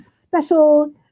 special